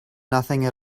nothing